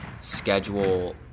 schedule